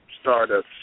startups